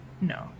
No